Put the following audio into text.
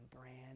brand